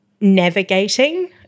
navigating